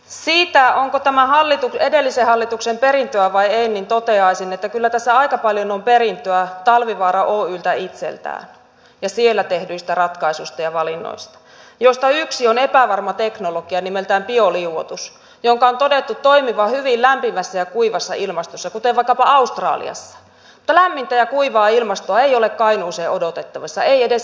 siitä onko tämä edellisen hallituksen perintöä vai ei toteaisin että kyllä tässä aika paljon on perintöä talvivaara oyltä itseltään ja siellä tehdyistä ratkaisuista ja valinnoista joista yksi on epävarma teknologia nimeltään bioliuotus jonka on todettu toimivan hyvin lämpimässä ja kuivassa ilmastossa kuten vaikkapa australiassa mutta lämmintä ja kuivaa ilmastoa ei ole kainuuseen odotettavissa ei edes ilmastonmuutoksen myötä